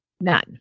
none